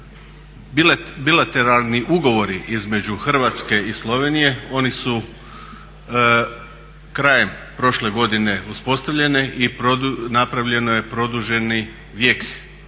bilateralni ugovori između Hrvatske i Slovenije oni su krajem prošle godine uspostavljeni i napravljeno je produženi vijek